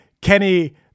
Kenny